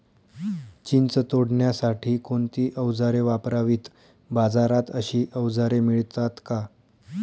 चिंच तोडण्यासाठी कोणती औजारे वापरावीत? बाजारात अशी औजारे मिळतात का?